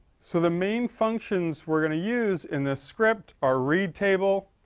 so the main functions we're going to use in this script are read table,